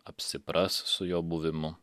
apsipras su jo buvimu